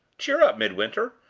cheer up, midwinter!